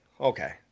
Okay